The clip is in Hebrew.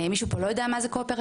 מישהו פה לא יודע מה זה קואופרטיבים?